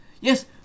Yes